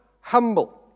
humble